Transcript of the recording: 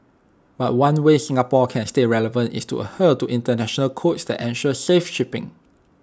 but one way Singapore can stay relevant is to adhere to International codes that ensure safe shipping